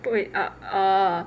不会 orh orh